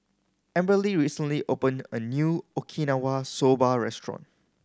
Amberly recently opened a new Okinawa Soba Restaurant